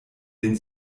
den